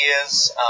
ideas